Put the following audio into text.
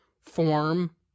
form